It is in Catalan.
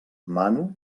mano